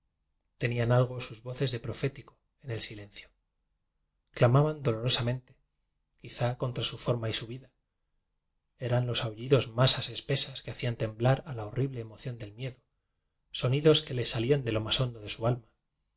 tenían algo sus voces de profético en el silencio cla maban dolorosamente quizá contra su for ma y su vida eran los aullidos masas espesas que hacían temblar a la horrible emoción del miedo sonidos que les salían de lo más hondo de su alma